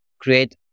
create